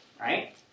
right